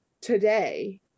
today